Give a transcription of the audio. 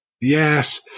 Yes